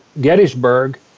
Gettysburg